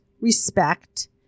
respect